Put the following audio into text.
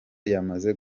yamaze